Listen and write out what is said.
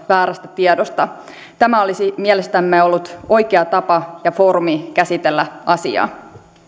väärästä tiedosta tämä olisi mielestämme ollut oikea tapa ja foorumi käsitellä asiaa